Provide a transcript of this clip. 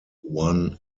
one